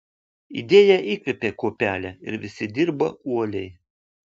idėja įkvėpė kuopelę ir visi dirbo uoliai